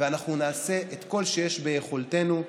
ואנחנו נעשה את כל שיש ביכולתנו כדי,